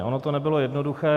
Ono to nebylo jednoduché.